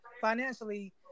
financially